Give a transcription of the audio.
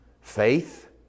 Faith